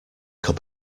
cup